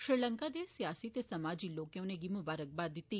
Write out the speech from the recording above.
श्रीलंका दे सियासी ते समाजी लोकें उनेंगी मुबारकवाद दित्ती